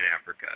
Africa